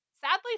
sadly